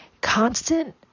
constant